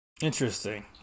Interesting